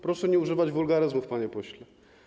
Proszę nie używać wulgaryzmów, panie pośle.